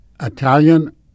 Italian